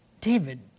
David